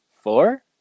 Four